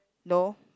no